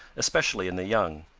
especially in the young.